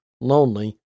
lonely